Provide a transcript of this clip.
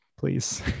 please